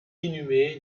inhumé